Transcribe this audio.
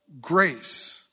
grace